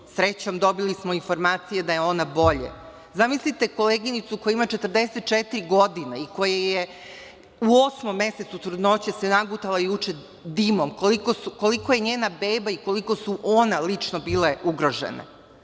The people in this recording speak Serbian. Srećom, dobili smo16/2 MZ/LjLinformacije da je ona bolje. Zamislite koleginicu koja ima 44 godine i koja je u osmom mesecu trudnoće, koja se nagutala juče dima, koliko je njena beba i koliko je ona lično bila ugrožena.